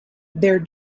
their